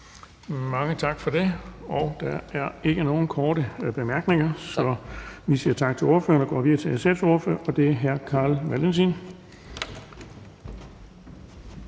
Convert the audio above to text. Mange tak for det. Og der er ikke nogen korte bemærkninger, så vi siger tak til ordføreren og går videre til SF's ordfører, og det er hr. Carl Valentin.